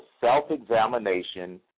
self-examination